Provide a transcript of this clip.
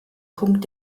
punkt